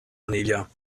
cornelia